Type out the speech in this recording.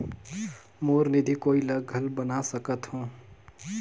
मोर निधि कोई ला घल बना सकत हो?